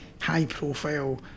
high-profile